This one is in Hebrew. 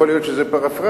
יכול להיות שזאת פרפראזה,